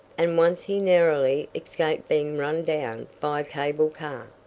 and once he narrowly escaped being run down by a cable car.